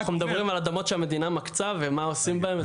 אנחנו מדברים על אדמות שהמדינה מקצה ומה עושים בהם?